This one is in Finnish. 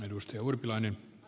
arvoisa puhemies